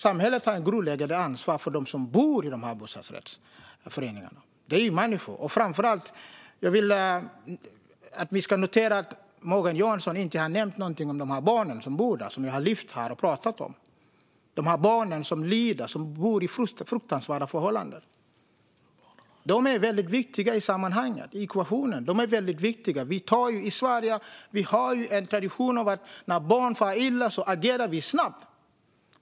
Samhället har ett grundläggande ansvar för dem som bor i dessa bostadsrättsföreningar; de är ju människor. Notera att Morgan Johansson inte nämnde något om de barn som bor där och som jag har pratat om. Dessa barn lider och bor under fruktansvärda förhållanden. De är viktiga i ekvationen. I Sverige har vi en tradition av att agera snabbt när barn far illa.